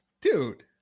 dude